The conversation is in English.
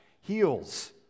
heals